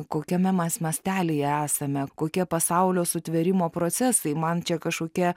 kokiame mes mastelyje esame kokie pasaulio sutvėrimo procesai man čia kažkokie